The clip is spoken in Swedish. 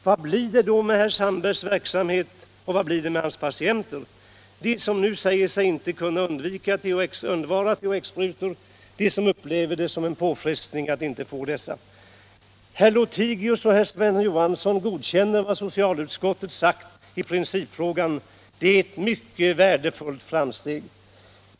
Hur går det då med herr Sandbergs verksamhet under tiden och hur går det för hans patienter, de som nu säger sig inte kunna undvara THX-sprutorna, de som upplever det som en påfrestning att inte få sprutorna? Herr Lothigius och herr Sven Johansson godkänner vad socialutskottet har sagt i principfrågan. Det är ett mycket värdefullt framsteg.